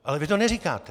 Ale vy to neříkáte!